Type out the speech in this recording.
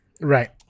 Right